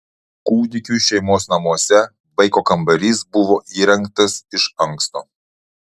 kūdikiui šeimos namuose vaiko kambarys buvo įrengtas iš anksto